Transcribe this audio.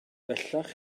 bellach